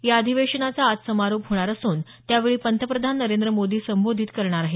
या अधिवेशनाचा आज समारोप होणार असून त्यावेळी पंतप्रधान नरेंद्र मोदी संबोधित करणार आहेत